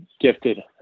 gifted